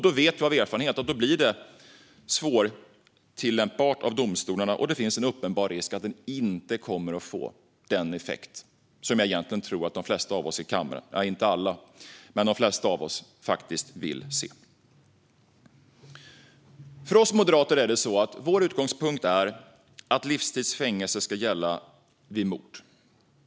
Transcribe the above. Vi vet av erfarenhet att det då blir svårt för domstolarna att tillämpa lagstiftningen och att det då finns en uppenbar risk för att lagstiftningen inte får den effekt som jag egentligen tror att de flesta av oss i kammaren - inte alla, men de flesta av oss - faktiskt vill se. För oss moderater är utgångspunkten att livstids fängelse ska gälla vid mord.